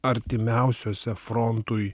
artimiausiuose frontui